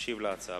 ישיב להצעה.